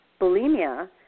bulimia